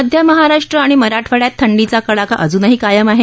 मध्य महाराष्ट्र आणि मराठवाड्यात थंडीचा कडाका अजूनही कायम आहे